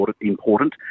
important